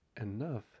enough